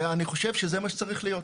ואני חושב שזה מה שצריך להיות.